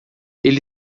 ele